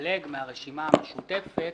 להתפלג מהרשימה המשותפת.